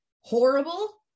horrible